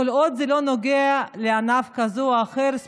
כל עוד זה לא נוגע ספציפית לענף זה או אחר.